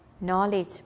Knowledge